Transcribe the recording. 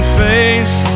face